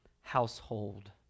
household